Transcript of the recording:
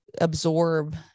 absorb